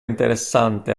interessante